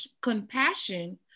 compassion